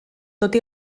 tot